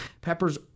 Pepper's